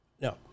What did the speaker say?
No